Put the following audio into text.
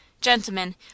Gentlemen